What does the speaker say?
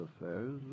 affairs